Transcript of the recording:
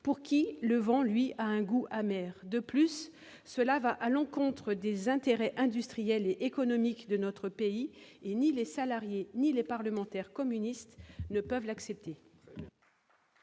pour qui ce vent est bien aigre. De plus, cela va à l'encontre des intérêts industriels et économiques de notre pays, ce que ni les salariés ni les parlementaires communistes ne peuvent l'accepter.